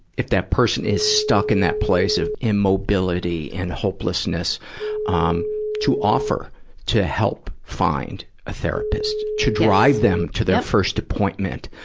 if that person is stuck in that place of immobility and hopelessness um to offer to help find a therapist. to drive them to their first appointment.